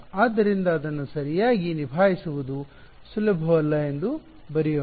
ಆದ್ದರಿಂದ ಅದನ್ನು ಸರಿಯಾಗಿ ನಿಭಾಯಿಸುವುದು ಸುಲಭವಲ್ಲ ಎಂದು ಬರೆಯೋಣ